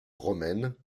romaine